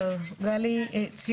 צריך לדבר על מה שיהיה.